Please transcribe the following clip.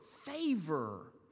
favor